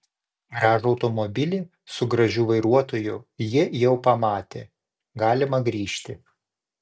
gražų automobilį su gražiu vairuotoju ji jau pamatė galima grįžti